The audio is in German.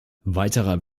weiterer